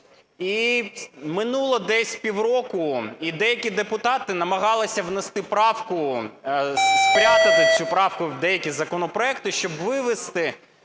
І минуло десь півроку, і деякі депутати намагалися внести правку, спрятать цю правку в деякі законопроекти, щоб вивести